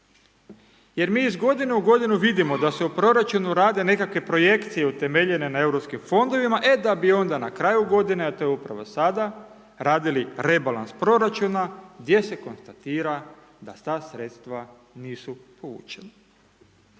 Jer mi iz godine u godinu vidimo da se u proračunu rade nekakve projekcije utemeljene na europskim fondovima, e da bi onda na kraju godine, a to je upravo sada, radili rebalans proračuna gdje se konstatira da te sredstva nisu povučena.